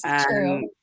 true